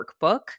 Workbook